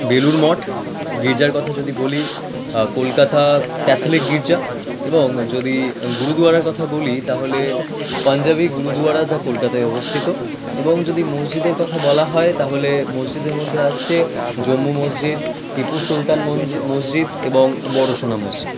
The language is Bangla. বেলুড় মঠ গীর্জার কথা যদি বলি কলকাতা ক্যাথোলিক গীর্জা এবং যদি গুরুদুয়ারার কথা বলি তাহলে পাঞ্জাবি গুরুদুয়ারা যা কলকাতায় অবস্থিত এবং যদি মসজিদের কথা বলা হয় তাহলে মসজিদের মধ্যে আসছে জম্বু মসজিদ টিপু সুলতান মসজি মসজিদ এবং বড় সোনা মসজিদ